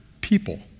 people